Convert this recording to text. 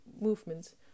movements